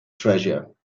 treasure